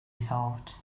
thought